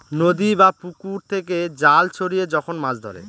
নদী বা পুকুর থেকে জাল ছড়িয়ে যখন মাছ ধরে